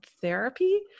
therapy